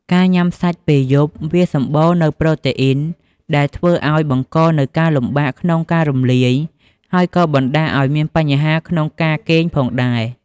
ការញុំាសាច់ពេលយប់ វាសម្បូរនូវប្រូតេអ៊ីនដែលធ្វើឲ្យបង្កនូវការលំបាកក្នុងការរំលាយ ហើយក៏បណ្តាលឲ្យមានបញ្ហាក្នុងការគេងផងដែរ។